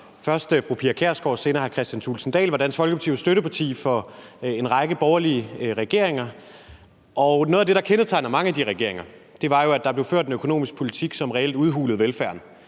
først fru Pia Kjærsgaard og senere hr. Kristian Thulesen Dahl var Dansk Folkeparti jo støtteparti for en række borgerlige regeringer, og noget af det, der kendetegnede mange af de regeringer, var, at der blev ført en økonomisk politik, som reelt udhulede velfærden.